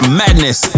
madness